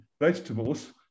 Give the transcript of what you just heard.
vegetables